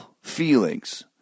feelings